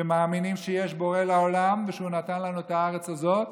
שמאמינים שיש בורא לעולם ושהוא נתן לנו את הארץ הזו,